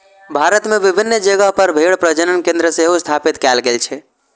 भारत मे विभिन्न जगह पर भेड़ प्रजनन केंद्र सेहो स्थापित कैल गेल छै